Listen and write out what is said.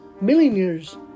millionaires